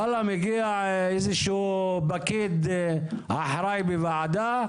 וואלה מגיע איזה שהוא פקיד אחרי בוועדה,